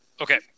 Okay